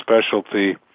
specialty